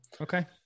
Okay